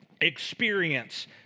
experience